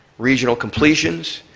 regional completions,